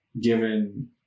given